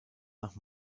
nach